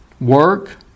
Work